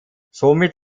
somit